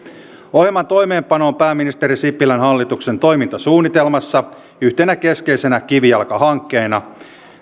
ohjelman toimeenpano on pääministeri sipilän hallituksen toimintasuunnitelmassa yhtenä keskeisenä kivijalkahankkeena